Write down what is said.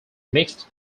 mixed